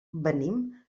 venim